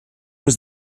was